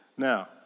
Now